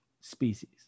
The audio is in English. species